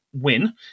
win